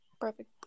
perfect